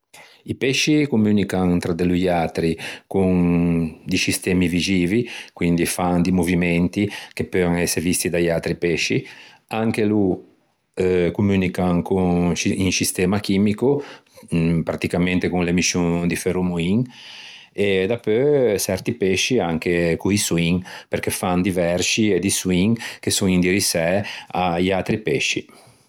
I pesci communican tra de loiatri con di scistemi vixivi, quindi fan di movimenti che peuna ëse visti da-i atri pesci, anche lö communican con un scistema chimico, pratticamente con l'emiscion di feromoin e dapeu çerti pesci anche co-i soin perché fan di versci e di soin che son indirissæ à-i atri pesci.